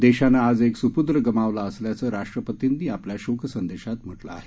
देशानं आज एक स्पूत्र गमावला असल्याचं राष्ट्रपतींनी आपल्या शोक संदेशात म्हटलं आहे